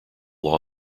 law